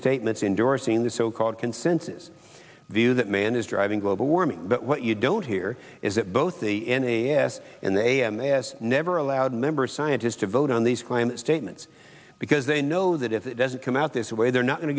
statements endorsing the so called consensus view that man is driving global warming but what you don't hear is that both the n a s and the a m a has never allowed member scientists to vote on these climate statements because they know that if it doesn't come out this way they're not going